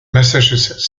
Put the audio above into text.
massachusetts